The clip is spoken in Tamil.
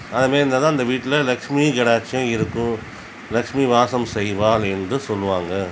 அதமாரி இருந்தாதான் அந்த வீட்டில் லட்சுமி கடாக்ஷகம் இருக்கும் லட்சுமி வாசம் செய்வாள் என்று சொல்லுவாங்க